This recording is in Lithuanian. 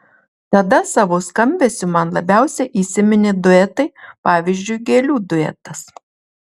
tada savo skambesiu man labiausiai įsiminė duetai pavyzdžiui gėlių duetas